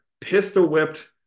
pistol-whipped